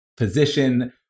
position